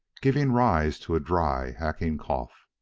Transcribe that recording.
giving rise to a dry, hacking cough.